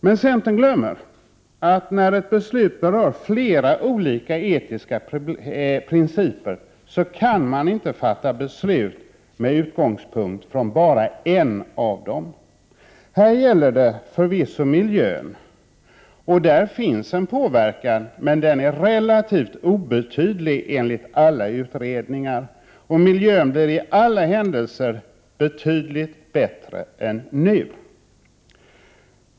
Men centern glömmer att när ett beslut berör flera olika etiska principer, kan man inte fatta beslut med utgångspunkt i bara en av dem. Här gäller det förvisso miljön och där finns en påverkan, men den är enligt alla utredningar relativt obetydlig. Miljön blir i alla händelser betydligt bättre än den är nu.